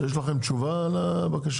אם היקף הייבוא עלה?